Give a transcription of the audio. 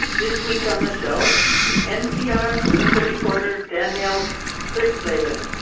this week on the show npr political reporter, danielle kurtzleben,